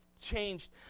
changed